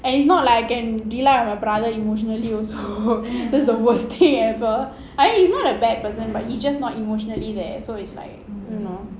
and it's not like I can rely on my brother emotionally also that's the worst thing ever I mean he is not a bad person but he's just not emotionally there so it's like you know